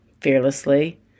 fearlessly